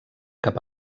cap